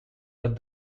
but